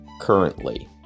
currently